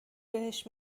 بهش